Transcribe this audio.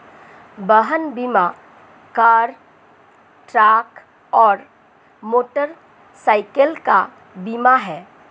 वाहन बीमा car, truck और मोटरसाइकिल का बीमा है